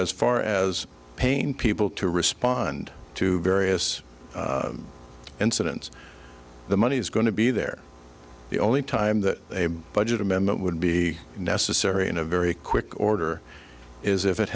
as far as pain people to respond to various incidents the money is going to be there the only time that a budget amendment would be necessary in a very quick order is if it